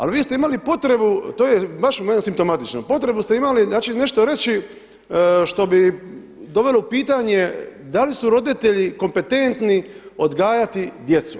Ali vi ste imali potrebu, to je baš simptomatično, potrebu ste imali znači nešto reći što bi dovelo u pitanje da li su roditelji kompetentni odgajati djecu.